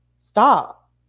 Stop